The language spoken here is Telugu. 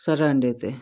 సరే అండి అయితే